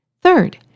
Third